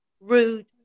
rude